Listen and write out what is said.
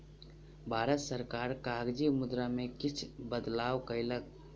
भारत सरकार कागजी मुद्रा में किछ बदलाव कयलक